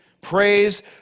Praise